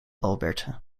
alberta